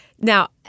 Now